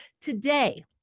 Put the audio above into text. today